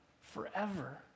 forever